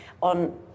on